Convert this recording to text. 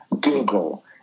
Google